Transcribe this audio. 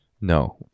No